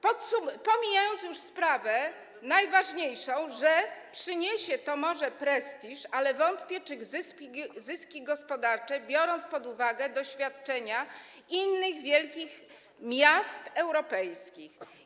Pomijam już sprawę najważniejszą: może przyniesie to prestiż, ale wątpię, czy przyniesie zyski gospodarcze, biorąc pod uwagę doświadczenia innych wielkich miast europejskich.